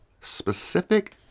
specific